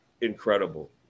incredible